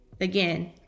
again